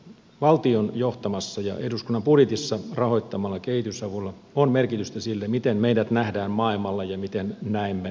valtion johtamalla ja eduskunnan budjetissa rahoittamalla kehitysavulla on merkitystä sille miten meidät nähdään maailmalla ja miten näemme itsemme